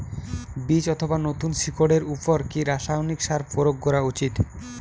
বীজ অথবা নতুন শিকড় এর উপর কি রাসায়ানিক সার প্রয়োগ করা উচিৎ?